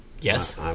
Yes